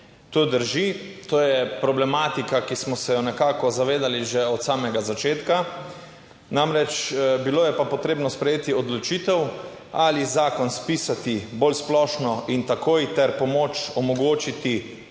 To drži. To je problematika, ki smo se jo nekako zavedali že od samega začetka. Namreč, bilo je pa potrebno sprejeti odločitev, ali zakon spisati bolj splošno in takoj ter pomoč omogočiti